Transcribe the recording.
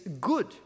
good